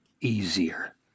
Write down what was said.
easier